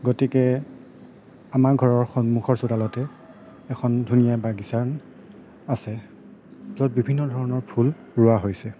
গতিকে আমাৰ ঘৰৰ সন্মুখৰ চোতালতে এখন ধুনীয়া বাগিচা আছে য'ত বিভিন্ন ধৰণৰ ফুল ৰোৱাঁ হৈছে